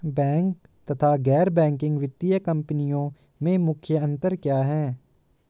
Bank तथा गैर banking वित्तीय कंपनियों में मुख्य अंतर क्या है?